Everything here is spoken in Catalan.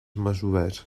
masovers